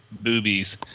boobies